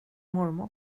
mormor